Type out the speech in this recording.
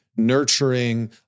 nurturing